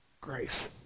grace